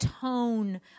tone